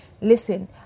listen